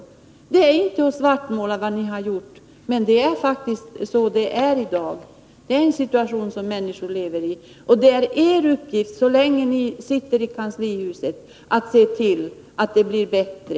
Att säga detta är inte att svartmåla det ni har gjort, men människor lever faktiskt i en sådan situation i dag. Och det är er uppgift, så länge ni sitter i kanslihuset, att se till att förhållandena blir bättre.